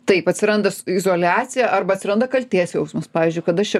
taip atsiranda s izoliacija arba atsiranda kaltės jausmas pavyzdžiui kad aš čia